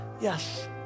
yes